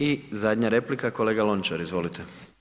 I zadnja replika, kolega Lončar, izvolite.